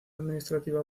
administraba